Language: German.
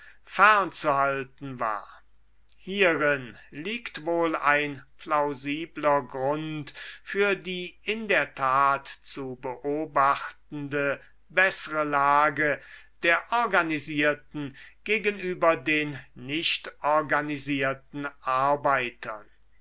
fernzuhalten war hierin liegt wohl ein plausibler grund für die in der tat zu beobachtende bessere lage der organisierten gegenüber den nicht organisierten arbeitern